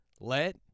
Let